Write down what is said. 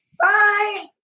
Bye